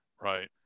Right